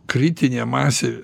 kritinė masė